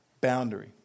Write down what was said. boundary